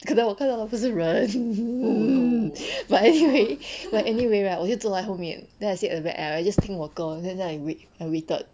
可能我看到的不是人 but anyway but anyway right 我就坐在后面 then I sit at the back I just 听我歌 then 在那里 wait and waited